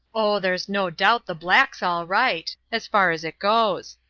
oh, there's no doubt the black's all right as far as it goes.